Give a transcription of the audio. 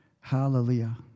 Hallelujah